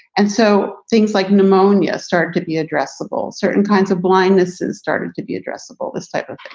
and so things like pneumonia start to be addressable. certain kinds of blindness is starting to be addressable. this type of thing,